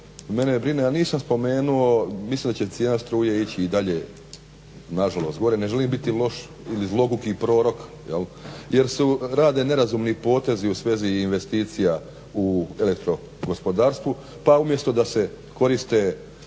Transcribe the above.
mene brine a nisam spomenuo mislim da će cijena struje ići i dalje nažalost gore, ne želim biti loš ili zloguki prorok jer se rade nerazumni potezi u svezi investicija u elektrogospodarstvu pa umjesto da se koriste